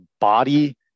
body